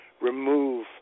remove